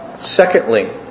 Secondly